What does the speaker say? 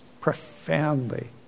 profoundly